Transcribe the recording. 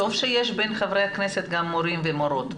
טוב שיש בין חברי הכנסת גם מורים ומורות.